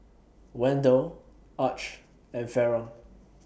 Wendell Arch and Faron